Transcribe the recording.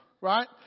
right